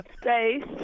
Space